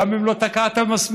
גם אם לא תקעת מסמר.